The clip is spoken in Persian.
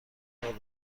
دارین